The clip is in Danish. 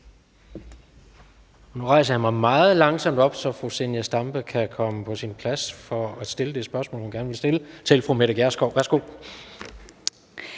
Nu rejser jeg mig meget langsomt op, så fru Zenia Stampe kan komme på sin plads for at stille det spørgsmål, hun gerne vil stille til fru Mette Gjerskov. Værsgo.